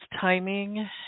timing